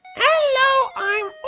hello! i'm